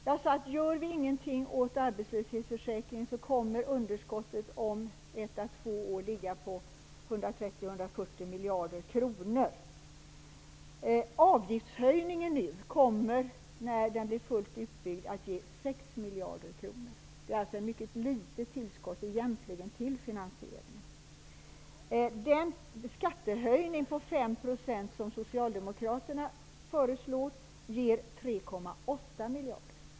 Om vi inte gör någonting åt arbetslöshetsförsäkringen kommer underskottet att ligga på 130--140 miljarder kronor om ett á två år. Avgiftshöjningen kommer, när systemet är fullt utbyggt, att ge 6 miljarder kronor. Det är alltså egentligen ett mycket litet tillskott till finansieringen. Den skattehöjning på 5 % som socialdemokraterna föreslår ger 3,8 miljarder.